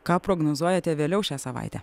ką prognozuojate vėliau šią savaitę